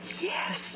Yes